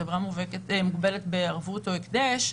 שחברה מוגבלת בערבות או הקדש,